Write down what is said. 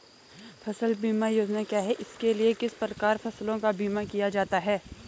फ़सल बीमा योजना क्या है इसके लिए किस प्रकार फसलों का बीमा किया जाता है?